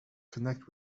connect